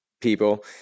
people